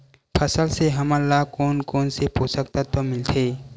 फसल से हमन ला कोन कोन से पोषक तत्व मिलथे?